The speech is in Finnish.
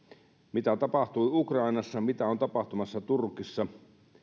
mitä tapahtui ukrainassa mitä on tapahtumassa turkissa